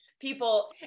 people